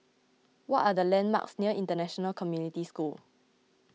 what are the landmarks near International Community School